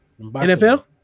NFL